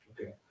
Okay